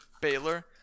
Baylor